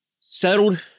settled